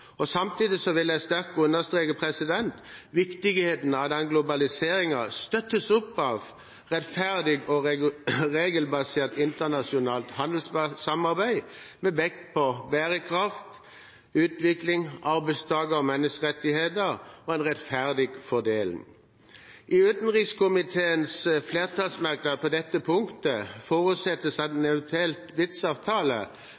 handelssamarbeid. Samtidig vil jeg sterkt understreke viktigheten av at denne globaliseringen støttes opp av rettferdig og regelbasert internasjonalt handelssamarbeid, med vekt på bærekraftig utvikling, arbeidstaker-/ menneskerettigheter og en rettferdig fordeling. I utenrikskomiteens flertallsmerknad på dette punktet forutsettes